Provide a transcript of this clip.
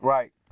Right